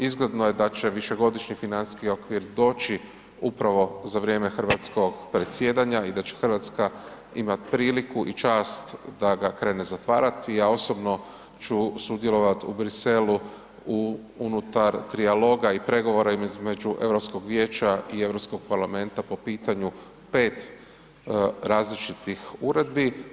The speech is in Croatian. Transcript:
Izgledno je da će višegodišnji financijski okvir doći upravo za vrijeme hrvatskog predsjedanja i da će Hrvatska imati priliku i čast da ga krene zatvarati i ja osobno ću sudjelovati u Bruxellesu unutar trijaloga i pregovora između Europskog vijeća i Europskog parlamenta po pitanju pet različitih uredbi.